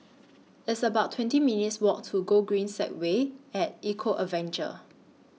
It's about twenty minutes Walk to Gogreen Segway Eco Adventure